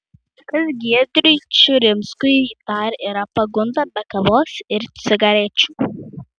kas giedriui čiurinskui dar yra pagunda be kavos ir cigarečių